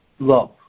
Love